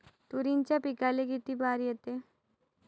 तुरीच्या पिकाले किती बार येते?